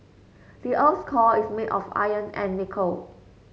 the earth's core is made of iron and nickel